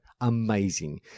Amazing